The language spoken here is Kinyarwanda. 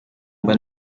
mba